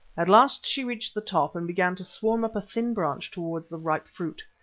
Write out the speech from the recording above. at last she reached the top, and began to swarm up a thin branch towards the ripe fruit.